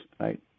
right